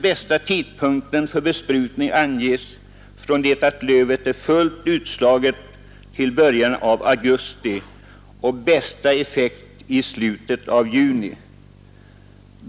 Bästa tidpunkten för besprutning anges från det att lövet är fullt utslaget till början av augusti och bästa effekt i slutet av juni.